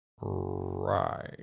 Right